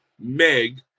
Meg